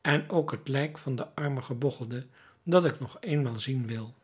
en ook het lijk van den armen gebogchelde dat ik nog eenmaal zien wil